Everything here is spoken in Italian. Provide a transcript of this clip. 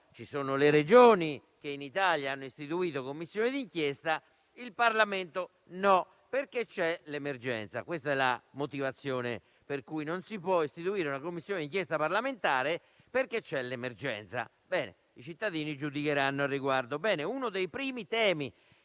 Ci sono le Regioni che in Italia hanno istituito Commissioni di inchiesta, ma il Parlamento no, perché c'è l'emergenza (questa è la motivazione per cui non si può istituire una Commissione d'inchiesta parlamentare). Ebbene, i cittadini giudicheranno al riguardo. Uno dei primi temi